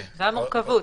הסמכויות.